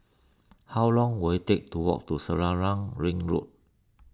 how long will it take to walk to Selarang Ring Road